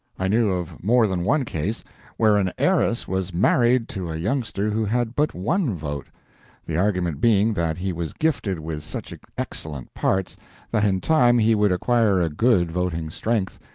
i knew of more than one case where an heiress was married to a youngster who had but one vote the argument being that he was gifted with such excellent parts that in time he would acquire a good voting strength,